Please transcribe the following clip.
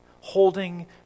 holding